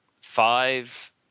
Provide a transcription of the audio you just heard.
five